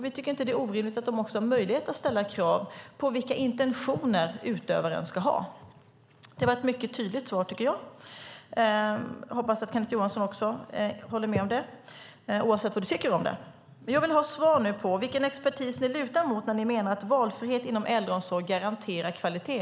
Vi tycker inte att det är orimligt att de också har möjlighet att ställa krav på vilka intentioner utövaren ska ha. Det var ett mycket tydligt svar, tycker jag. Jag hoppas att du, Kenneth Johansson, håller med om det, oavsett vad du tycker om själva svaret. Jag vill nu ha ett svar på vilken expertis ni lutar er mot när ni menar att valfrihet inom äldreomsorgen garanterar kvalitet.